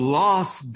last